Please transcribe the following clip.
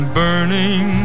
burning